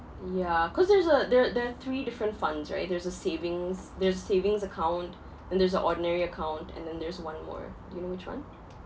yeah cause there's a there there are three different funds right there's a savings there's a savings account and there's a ordinary account and then there's one more you know which [one]